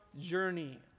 journey